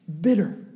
bitter